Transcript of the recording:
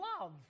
love